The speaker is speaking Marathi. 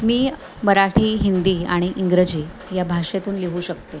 मी मराठी हिंदी आणि इंग्रजी या भाषेतून लिहू शकते